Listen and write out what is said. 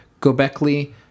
Gobekli